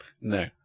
No